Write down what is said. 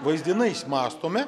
vaizdinais mąstome